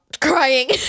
crying